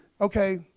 okay